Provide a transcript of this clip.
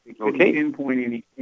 Okay